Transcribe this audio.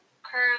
curve